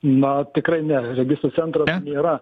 na tikrai ne registrų centras nėra